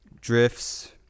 drifts